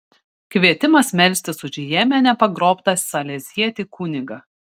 kvietimas melstis už jemene pagrobtą salezietį kunigą